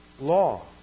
law